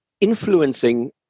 influencing